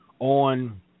On